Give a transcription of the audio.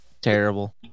Terrible